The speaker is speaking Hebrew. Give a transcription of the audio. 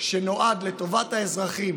שנועד לטובת האזרחים